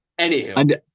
anywho